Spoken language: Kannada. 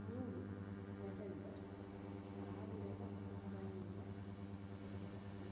ಮೂರು ನವೆಂಬರ್ ಸಾವಿರದ ಒಂಬೈನೂರ ಎಂಬತ್ತು